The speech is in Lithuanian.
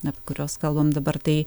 na apie kurios kalbam dabar tai